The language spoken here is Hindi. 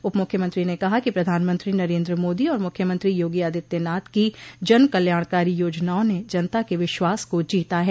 उप मुख्यमंत्री ने कहा कि प्रधानमंत्री नरेन्द्र मोदी और मुख्यमंत्री योगी आदित्यनाथ की जन कल्याणकारी योजनाओं ने जनता के विश्वास को जीता है